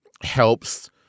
helps